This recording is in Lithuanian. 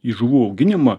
į žuvų auginimą